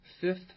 Fifth